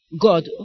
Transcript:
God